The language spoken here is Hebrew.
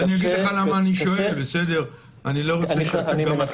אני שואל כדי שנהיה